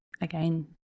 Again